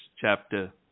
chapter